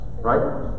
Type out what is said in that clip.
Right